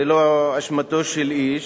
זו לא אשמתו של איש,